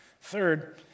Third